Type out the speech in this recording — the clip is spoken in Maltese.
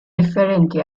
differenti